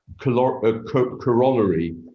corollary